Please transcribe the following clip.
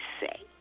say